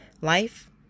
life